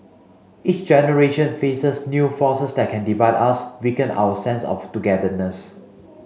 each generation faces new forces that can divide us weaken our sense of togetherness